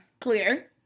clear